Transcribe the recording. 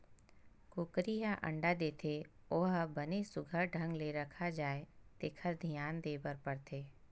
कुकरी ह अंडा देथे ओ ह बने सुग्घर ढंग ले रखा जाए तेखर धियान देबर परथे